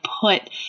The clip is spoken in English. put